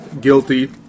guilty